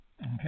Okay